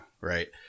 right